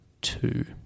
two